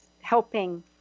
helping